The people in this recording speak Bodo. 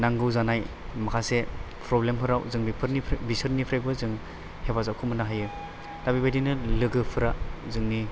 नांगौ जानाय माखासे प्रब्लेम फोराव जों बिसोरनिफ्रायबो जों हेफाजाबखौ मोन्नो हायो दा बेबादिनो लोगोफ्रा जोंनि